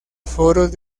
foros